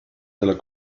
della